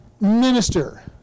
minister